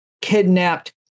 kidnapped